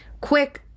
Quick